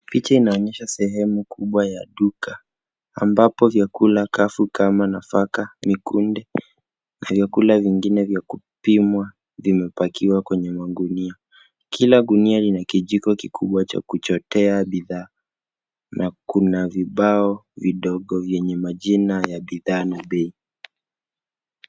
Picha inaonyesha sehemu kubwa ya duka ambapo vyakula kavu kama nafaka, kunde na vyakula vingine vya kupimwa vimepakiwa kwenye magunia. Kila gunia lina kijiko kikubwa cha kuchotea bidhaa na kuna vibao vidogo vyenye majina ya bidhaa na bei.